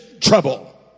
trouble